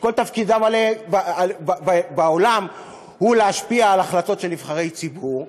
שכל תפקידם בעולם הוא להשפיע על החלטות של נבחרי ציבור,